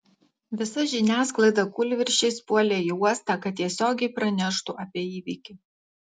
visa žiniasklaida kūlvirsčiais puolė į uostą kad tiesiogiai praneštų apie įvykį